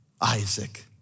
Isaac